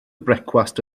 brecwast